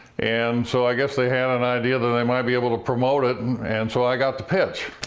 and so i guess they had an idea that i might be able to promote it and so i got to pitch.